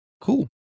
Cool